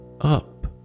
up